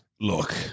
Look